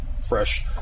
fresh